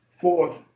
Fourth